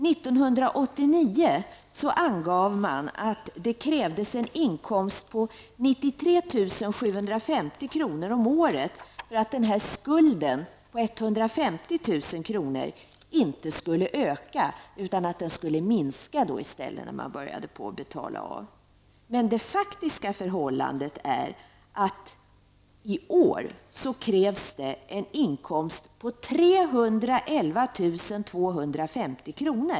1989 angav man att det krävdes en inkomst på 93 750 kr. om året för att skulden på 150 000 kr. inte skulle öka, utan i stället minska när man började betala av. Men det faktiska förhållandet är att det i år krävs en inkomst på 311 250 kr.